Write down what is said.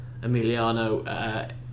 Emiliano